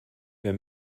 wer